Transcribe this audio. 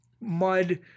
mud